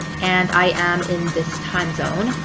and i am in this time zone.